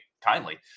kindly